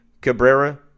Cabrera